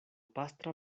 pastra